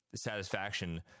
satisfaction